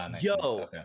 Yo